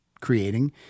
creating